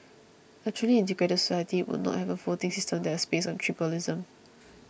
a truly integrated society would not have a voting system that was based on tribalism